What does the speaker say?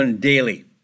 daily